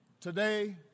today